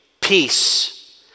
peace